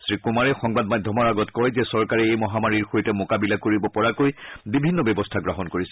শ্ৰীকুমাৰে সংবাদ মাধ্যমৰ আগত কয় যে চৰকাৰে এই মহামাৰীৰ সৈতে মোকাবিলা কৰিব পৰাকৈ বিভিন্ন ব্যৱস্থা গ্ৰহণ কৰিছে